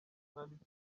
umwanditsi